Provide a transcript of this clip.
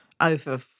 over